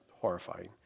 horrifying